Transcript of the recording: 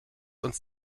uns